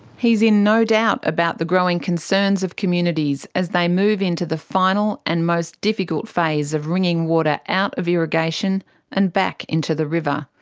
he's in no doubt about the growing concerns of communities as they move into the final and most difficult phase of wringing water out of irrigation and back into the river.